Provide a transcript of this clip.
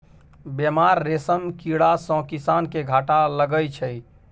बेमार रेशम कीड़ा सँ किसान केँ घाटा लगै छै